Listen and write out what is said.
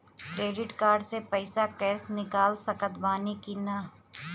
Credit card से पईसा cash निकाल सकत बानी की ना?